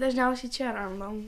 dažniausiai čia randam